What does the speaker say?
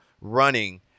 running